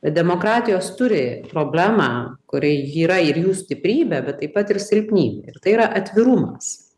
demokratijos turi problemą kuri ji yra ir jų stiprybė bet taip pat ir silpnybė ir tai yra atvirumas